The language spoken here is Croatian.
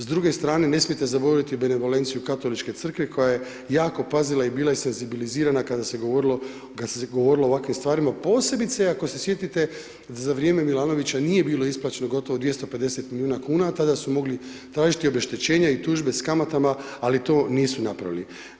S druge strane, ne smijete zaboraviti benevolenciju Katoličke crkve koja je jako pazila i bila je senzibilizirana kada se govorilo o ovakvim stvarima posebice ako se sjetite za vrijeme Milanovića, nije bilo isplaćeno gotovo 250 milijuna kuna a tada su mogli tražiti obeštećenje i tužbe s kamatama ali to nisu napravili.